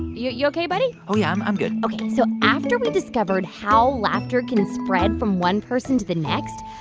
you you ok, buddy? oh, yeah. i'm i'm good ok. so after we discovered how laughter can spread from one person to the next,